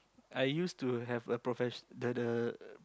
I used to have a professio~ the the